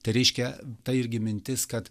tai reiškia tai irgi mintis kad